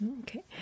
Okay